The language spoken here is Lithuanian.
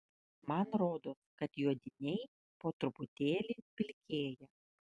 man rodos kad juodiniai po truputėlį pilkėja